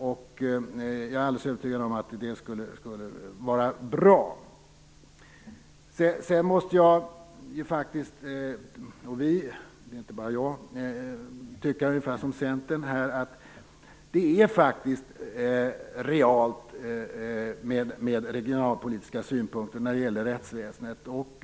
Jag är alldeles övertygad om att det skulle vara bra. Jag måste sedan, och inte bara jag utan vi, tycka ungefär som Centern. Det är faktiskt realt med regionalpolitiska synpunkter när det gäller rättsväsendet.